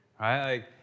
right